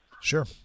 Sure